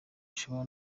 ushobora